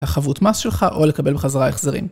לחבות מס שלך או לקבל בחזרה החזרים.